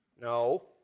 No